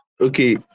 Okay